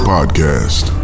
Podcast